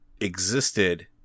existed